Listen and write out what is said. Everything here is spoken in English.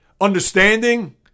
understanding